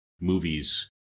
movies